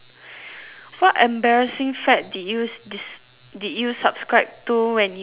what embarrassing fad did you subscribe to when you were younger